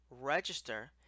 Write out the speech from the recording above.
Register